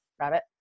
Rabbit